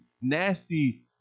nasty